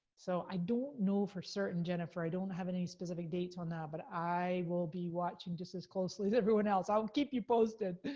so i don't know for certain, jennifer, i don't have any specific dates on that, but i will be watching just as closely as everyone else. i'll keep you posted.